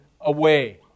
away